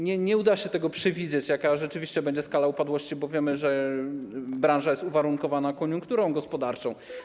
Nie uda się przewidzieć tego, jaka rzeczywiście będzie skala upadłości, bo wiemy, że branża jest uwarunkowana koniunkturą gospodarczą.